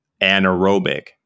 anaerobic